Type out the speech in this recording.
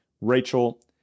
Rachel